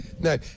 No